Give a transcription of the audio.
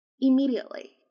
Immediately